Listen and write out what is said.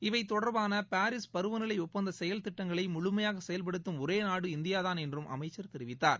இவை தொடர்பான பாரிஸ் பருவநிலை ஒப்பந்த செயல்திட்டங்களை முழுமையாக செயல்படுத்தும் ஒரே நாடு இந்தியா தான் என்றும் அமைச்சர் தெரிவித்தார்